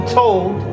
told